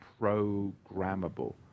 programmable